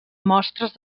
mostres